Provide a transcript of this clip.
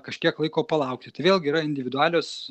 kažkiek laiko palaukti tai vėlgi yra individualios